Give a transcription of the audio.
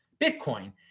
Bitcoin